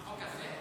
החוק הזה?